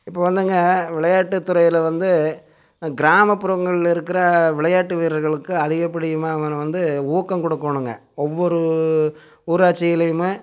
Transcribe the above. இப்போது வந்துங்க விளையாட்டு துறையில் வந்து கிராமப்புறங்களில் இருக்கிற விளையாட்டு வீரர்களுக்கு அதிகப்படியுமான வந்து ஊக்கம் குடுக்கணுங்க ஒவ்வொரு ஊராட்சியிலேயுமே